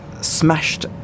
smashed